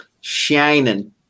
Shining